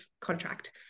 contract